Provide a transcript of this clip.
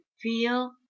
feel